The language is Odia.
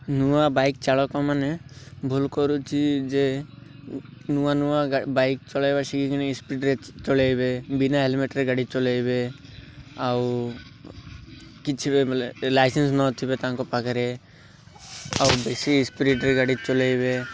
ନୂଆ ବାଇକ୍ ଚାଳକମାନେ ଭୁଲ କରନ୍ତି ଯେ ନୂଆ ନୂଆ ବାଇକ୍ ଚଲେଇବା ଶିଖିିକି ସ୍ପିଡ଼ରେ ଚଲେଇବେ ବିନା ହେଲମେଟରେ ଗାଡ଼ି ଚଲେଇବେ ଆଉ କିଛି ଲାଇସେନ୍ସ ନଥିବ ତାଙ୍କ ପାଖରେ ଆଉ ବେଶୀ ସ୍ପିଡ଼ରେ ଗାଡ଼ି ଚଲେଇବେ